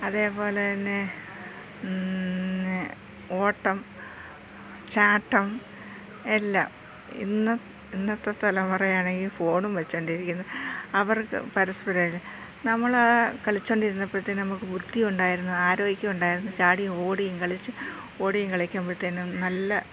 അതേപോലെ തന്നെ ഓട്ടം ചാട്ടം എല്ലാം ഇന്നത്തെ ഇന്നത്തെ തലമുറയാണെങ്കിൽ ഫോണും വച്ചുകൊണ്ടിരിക്കുന്നു അവർക്ക് പരസ്പരം നമ്മൾ ആ കളിച്ചു കൊണ്ടിരുന്നപ്പോൾ തന്നെ നമുക്ക് ബുദ്ധി ഉണ്ടായിരുന്നു ആരോഗ്യം ഉണ്ടായിരുന്നു ചാടിയും ഓടിയും കളിച്ചും ഓടിയും കളിക്കുമ്പോൾ തന്നെ നല്ല